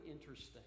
interesting